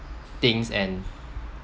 things and